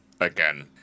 Again